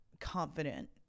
confident